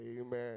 Amen